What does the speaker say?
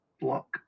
block